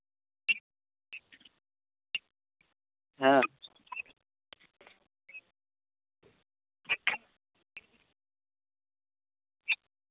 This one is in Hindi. हाँ